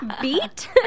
beat